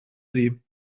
sie